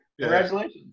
Congratulations